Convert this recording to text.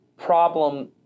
problem